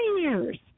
years